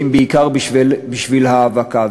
כי אם בעיקר בשביל ההאבקה.